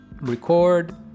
record